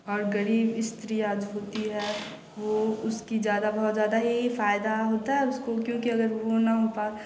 और गरीब स्त्रियाँ होती हैं वह उसकी ज़्यादा बहुत ज़्यादा ही फ़ायदा होता है उसको क्योंकि अगर वह ना हो